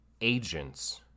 agents